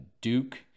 Duke